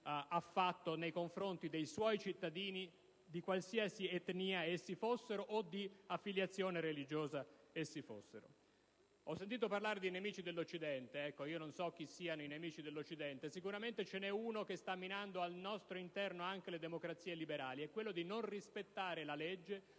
ha fatto nei confronti dei suoi cittadini, di qualsiasi etnia o affiliazione religiosa essi fossero. Ho sentito parlare di nemici dell'Occidente. Non so chi siano tali nemici, ma sicuramente ve ne è uno che sta minando al nostro interno anche le democrazie liberali, ed è quello di non rispettare la legge,